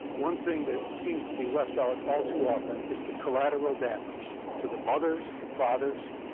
one thing that seems to be left out all too often is the collateral damage to the mothers, the father's,